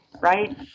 right